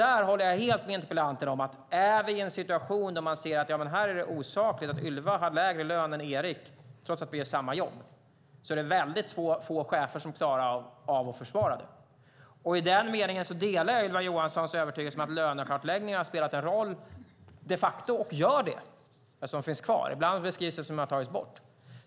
Jag håller helt med interpellanten om att när vi är i en situation där man ser att Ylva har lägre lön än Erik, trots att de gör samma jobb, så är det väldigt få chefer som klarar av att försvara det. I den meningen delar jag Ylva Johanssons övertygelse om att lönekartläggning de facto har spelat en roll och gör det. Och lönekartläggningen finns kvar. Ibland beskrivs det som att den har tagits bort.